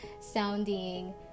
sounding